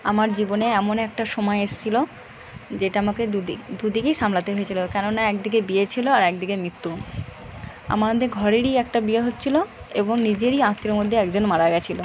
আমার জীবনে এমন একটা সময় এসছিলো যেটা আমাকে দু দিকেই সামলাতে হয়েছিলো কেন না একদিকে বিয়ে ছিলো আর একদিকে মৃত্যু আমাদের ঘরেরই একটা বিয়ে হচ্ছিলো এবং নিজেরই আত্মীয়ের মধ্যে একজন মারা গেছিলো